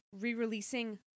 re-releasing